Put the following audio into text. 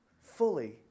fully